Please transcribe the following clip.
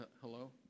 Hello